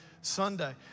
Sunday